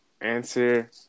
answer